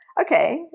Okay